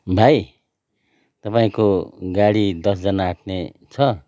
भाइ तपाईँको गाडी दसजना आँट्ने छ